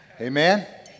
Amen